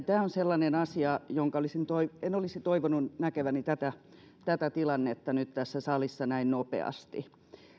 tämä on sellainen asia että en olisi toivonut näkeväni tätä tätä tilannetta tässä salissa nyt näin nopeasti